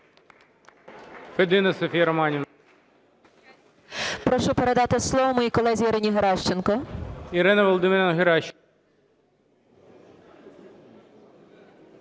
Прошу передати слово моїй колезі Ірині Геращенко.